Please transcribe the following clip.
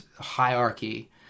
hierarchy